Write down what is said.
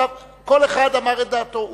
כל אחד אמר את דעתו,